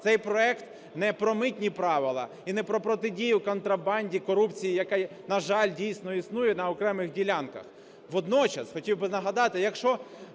Цей проект не про митні правила і не про протидію контрабанді, корупції, яка, на жаль, дійсно, існує на окремих ділянках. Водночас хотів би нагадати, якщо